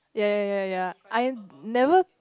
ya ya ya ya ya I never